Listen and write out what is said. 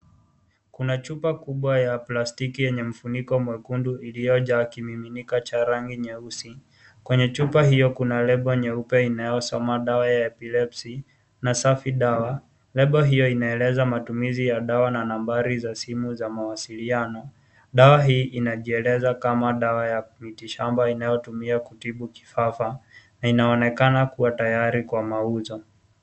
Kuna chupa kubwa ya plastiki yenye kifuniko nyekundu iliyojaa kimiminika cha rangi nyeusi. Kwenye chupa hiyo kuna lebo nyeupe inayosoma dawa ya Epilepsy na safi Dawa. Lebo hiyo inaeleza matumizi ya dawa na nambari za simu za mawasiliano. Dawa hii inajieleza kama dawa ya mitishamba inayotumiwa kutibu kifafa na inaonekana kuwa tayari kwa mauzo.